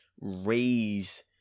raise